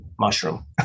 mushroom